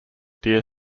deer